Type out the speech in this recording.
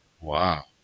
Wow